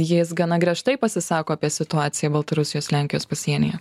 jis gana griežtai pasisako apie situaciją baltarusijos lenkijos pasienyje